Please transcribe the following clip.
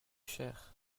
cher